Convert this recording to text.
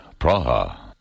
Praha